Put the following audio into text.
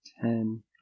Ten